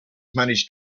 managed